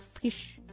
fish